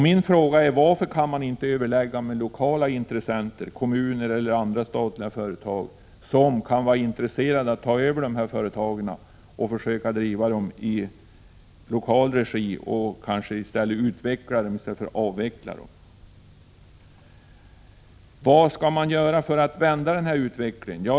Min fråga är: Varför kan man inte överlägga med lokala intressenter, kommuner eller andra statliga företag som kan vara intresserade av att ta över och försöka driva företagen i lokal regi, och kanske utveckla dem i stället för att avveckla dem? Vad skall man då göra för att vända denna utveckling?